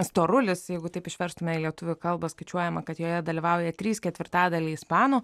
storulis jeigu taip išverstume į lietuvių kalbą skaičiuojama kad joje dalyvauja trys ketvirtadaliai ispanų